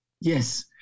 Yes